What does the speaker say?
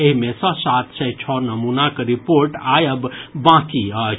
एहि मे सँ सात सय छओ नमूनाक रिपोर्ट आयब बांकी अछि